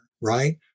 right